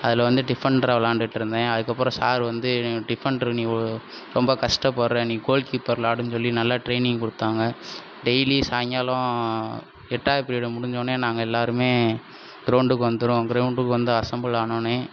அதில் வந்து டிஃபென்டராக விளையாண்டுகிட்டு இருந்தேன் அதுக்கப்புறம் சார் வந்து நீ டிஃபென்ட்ரு நீ ரொம்ப கஷ்டப்பட்ற நீ கோல் கீப்பரில் ஆடுன்னு சொல்லி நல்லா ட்ரெயினிங் கொடுத்தாங்க டெய்லி சாயிங்காலம் எட்டாவது பிரீட் முடிஞ்சோனே நாங்கள் எல்லாருமே க்ரௌண்ட்டுக்கு வந்துருவோம் க்ரௌண்ட்டுக்கு வந்து அசெம்பிள் ஆனோனே